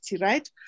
right